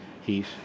Heat